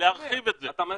מטריד אותי,